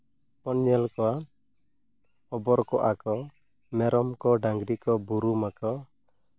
ᱵᱚᱱ ᱧᱮᱞ ᱠᱚᱣᱟ ᱚᱵᱚᱨ ᱠᱚᱜᱼᱟ ᱠᱚ ᱢᱮᱨᱚᱢ ᱠᱚ ᱰᱟᱝᱨᱤ ᱠᱚ ᱵᱩᱨᱩᱢ ᱟᱠᱚ